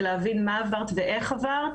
להבין מה עברת ואיך עברת,